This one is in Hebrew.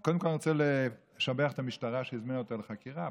אני רוצה לשבח את המשטרה, שהזמינה אותו לחקירה.